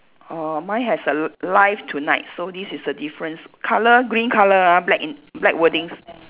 err mine has a l~ live tonight so this is the difference colour green colour ah black in black wordings